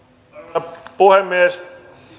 arvoisa puhemies